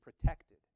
protected